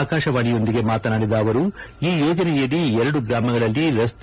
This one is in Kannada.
ಆಕಾಶವಾಣಿಯೊಂದಿಗೆ ಮಾತನಾಡಿದ ಅವರು ಈ ಯೋಜನೆಯಡಿ ಎರಡು ಗ್ರಾಮಗಳಲ್ಲಿ ರಸ್ತೆ